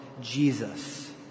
Jesus